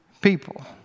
people